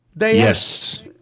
Yes